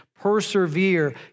persevere